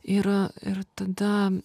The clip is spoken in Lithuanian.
ir ir tada